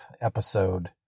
episode